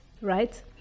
right